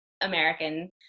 American